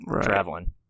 traveling